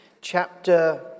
chapter